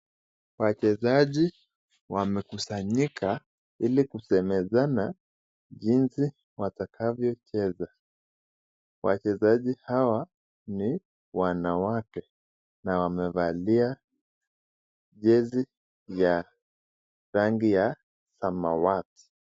Wachezaji wamekusanyika ili kusemezana jinsi watakavyocheza. Wachezaji hawa ni wanawake na wamevalia jezi ya rangi ya samawati.